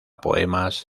poemas